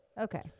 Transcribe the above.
Okay